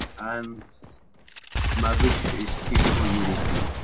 um my wish is peaceful unity.